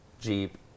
jeep